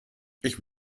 ich